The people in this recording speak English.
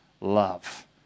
love